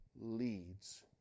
leads